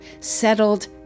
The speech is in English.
settled